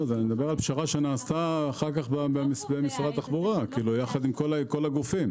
פשרה שנעשתה אחר כך במשרד התחבורה יחד עם כל הגופים.